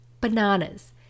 bananas